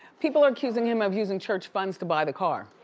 people are accusing him of using church funds to buy the car.